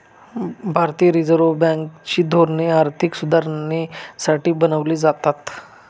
भारतीय reserve bank ची धोरणे आर्थिक सुधारणेसाठी बनवली जातात